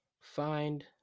find